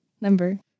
number